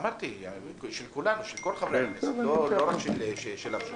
אמרתי, של כל חברי הכנסת, לא רק של המשותפת.